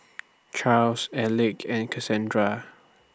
Charls Elick and Cassandra